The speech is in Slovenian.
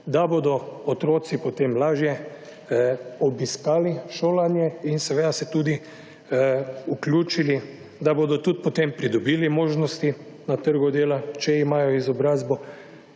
da bodo otroci potem lažje obiskali šolanje in seveda se tudi vključili, da bodo tudi potem pridobili možnost na trgu dela, če imajo izobrazbo,